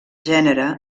gènere